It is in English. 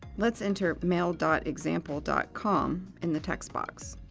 let's enter mail dot example dot com in the text box.